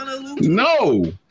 No